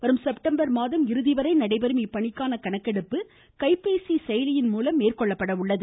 வரும் செப்டம்பர் மாதம் இறுதிவரை நடைபெறும் இப்பணிக்கான கணக்கெடுப்பு கைபேசி செயலியின் மூலம் மேற்கொள்ளப்பட உள்ளது